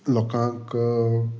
लोकांक